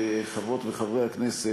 חברות וחברי הכנסת,